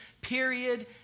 period